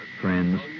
friends